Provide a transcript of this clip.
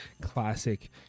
classic